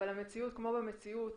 אבל המציאות כמו במציאות,